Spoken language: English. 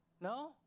No